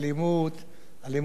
אלימות פיזית.